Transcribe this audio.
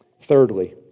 Thirdly